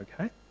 Okay